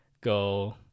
go